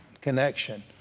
connection